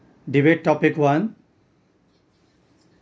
debate topic one